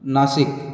Nashik